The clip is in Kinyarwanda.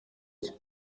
cye